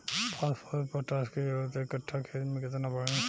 Phosphorus potash के जरूरत एक कट्ठा खेत मे केतना पड़ी?